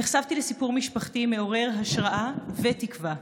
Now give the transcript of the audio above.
נחשפתי לסיפור משפחתי מעורר השראה ותקווה,